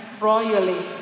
royally